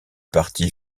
parti